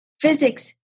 physics